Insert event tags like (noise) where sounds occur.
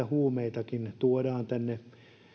(unintelligible) huumeitakin tuodaan tänne